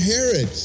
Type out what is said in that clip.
Herod